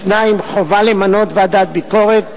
2. חובה למנות ועדת ביקורת,